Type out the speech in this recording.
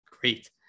Great